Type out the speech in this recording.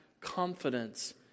confidence